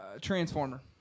Transformer